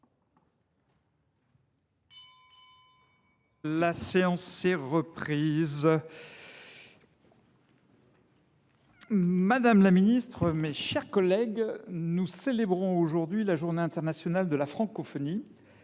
La séance est reprise. Madame la ministre déléguée, mes chers collègues, nous célébrons aujourd’hui la Journée internationale de la francophonie.